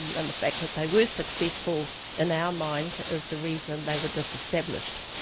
and the fact that they were successful in our mind is the reason they were disestablished,